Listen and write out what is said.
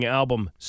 album